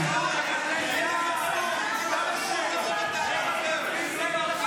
טלי, מדי פעם אני מאפשר, נגמר,